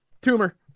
Tumor